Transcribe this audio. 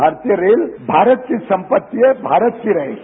भारतीय रेल भारत की संपत्ति है भारत की रहेगी